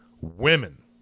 women